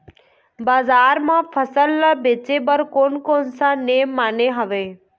बजार मा अपन फसल ले बेचे बार कोन कौन सा नेम माने हवे?